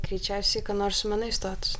greičiausiai ką nors su menais stot